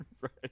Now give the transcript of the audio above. Right